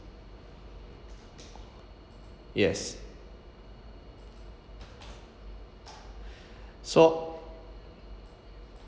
yes so